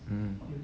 mm